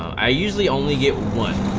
i use the only get one